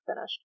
finished